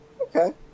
Okay